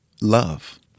love